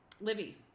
Libby